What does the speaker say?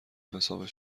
حساب